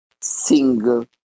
single